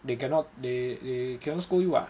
they cannot they they cannot scold you [what]